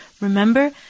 remember